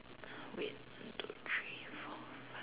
wait one two three four five